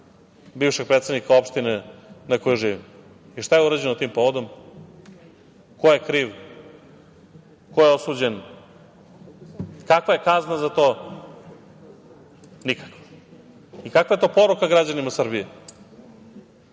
bivšeg predsednika opštine na kojoj živim. Šta je urađeno tim povodom? Ko je kriv? Ko je osuđen? Kakva je kazna za to? Nikakva. I kakva je to poruka građanima Srbije? Ali,